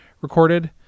recorded